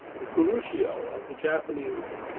the kuroshio of the japanese,